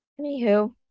anywho